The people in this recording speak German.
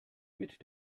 mit